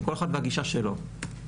כל אחד והגישה שלו.